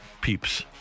peeps